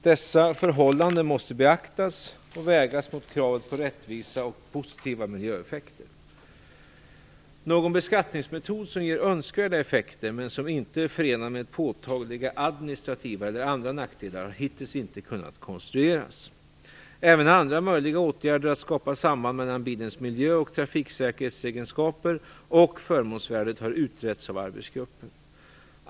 Dessa förhållanden måste beaktas och vägas mot kravet på rättvisa och positiva miljöeffekter. Någon beskattningsmetod som ger önskvärda effekter men som inte är förenad med påtagliga administrativa eller andra nackdelar har hittills inte kunnat konstrueras. Även andra möjliga åtgärder att skapa samband mellan bilens miljö och trafiksäkerhetsegenskaper och förmånsvärdet har utretts av arbetsgruppen.